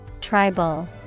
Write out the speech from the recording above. Tribal